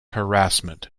harassment